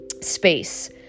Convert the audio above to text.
space